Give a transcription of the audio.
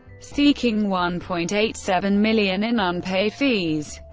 seeking one point eight seven million in unpaid fees.